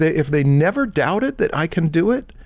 if they never doubt it that i can do it,